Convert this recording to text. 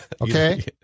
okay